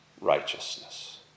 Righteousness